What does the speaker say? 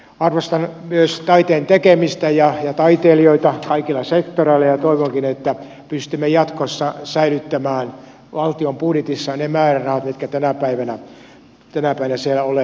arvostan myös taiteen tekemistä ja taiteilijoita kaikilla sektoreilla ja toivonkin että pystymme jatkossa säilyttämään valtion budjetissa ne määrärahat mitkä tänä päivänä siellä ovat